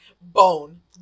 Bone